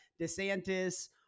DeSantis